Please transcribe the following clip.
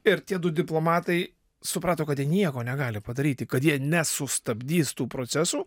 ir tie du diplomatai suprato kad jie nieko negali padaryti kad jie nesustabdys tų procesų